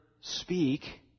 speak